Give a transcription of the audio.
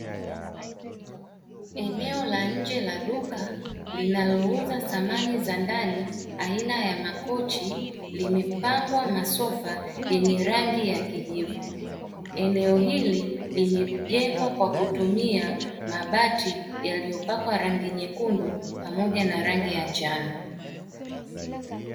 Eneo la nje la duka linalouza samani za ndani aina ya makochi limepangwa masofa yenye rangi ya kijivu. Eneo hili limejengwa kwa kutumia mabati yaliyopakwa rangi nyekundu pamoja na rangi ya njano.